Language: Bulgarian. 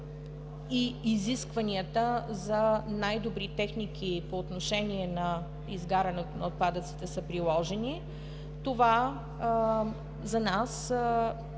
и изискванията за най-добри техники по отношение на изгаряне на отпадъците са приложени. Това за нас е